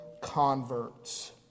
converts